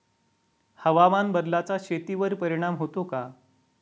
हवामान बदलाचा शेतीवर परिणाम होतो का?